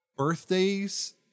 birthdays